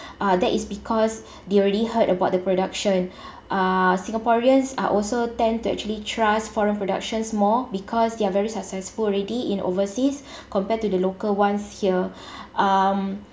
that is because they already heard about the production uh singaporeans are also tend to actually trust foreign productions more because they are very successful already in overseas compared to the local ones here um